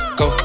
go